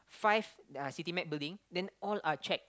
five uh city med building then all are cheque